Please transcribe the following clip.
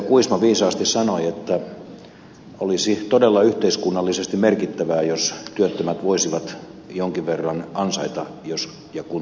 kuisma viisaasti sanoi että olisi todella yhteiskunnallisesti merkittävää jos työttömät voisivat jonkin verran ansaita jos ja kun tekevät töitä